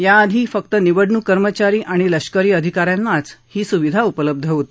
याआधी फक्त निवडणूक कर्मचारी आणि लष्करी अधिका यांनाच ही सुविधा उपलब्ध होती